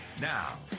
Now